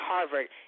Harvard